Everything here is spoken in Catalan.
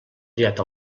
triat